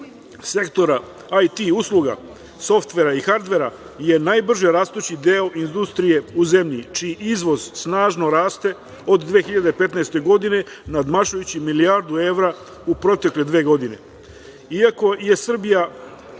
sektora, IT usluga, softvera i hardvera je najbrži rastući deo industrije u zemlji, čiji izvoz snažno raste od 2015. godine, nadmašujući milijardu evra u protekle dve godine. Iako je Srbija